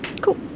Cool